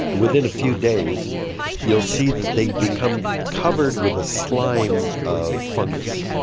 and within a few days you will see that they become covered with a slime of fungus.